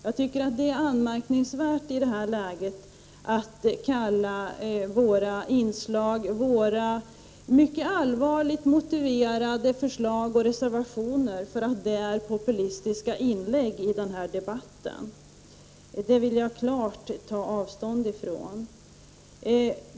Jag tycker att det är anmärkningsvärt i det här läget att kalla våra mycket allvarligt motiverade förslag och reservationer för populistiska inlägg i debatten. Sådana påståenden vill jag klart ta avstånd ifrån.